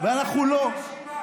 אולי הוא לא שמע.